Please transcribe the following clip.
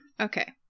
Okay